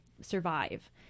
survive